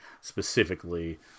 specifically